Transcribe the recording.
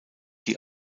die